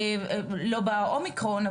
לא באומיקרון,